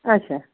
اَچھا